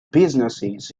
businesses